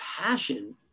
passion